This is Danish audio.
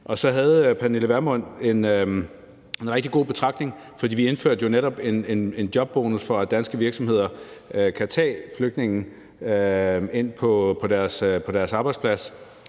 Så havde Pernille Vermund en rigtig god betragtning, for vi indførte jo netop en jobbonus som en ekstra gulerod, for at danske virksomheder kan tage flygtninge ind på deres arbejdsplads,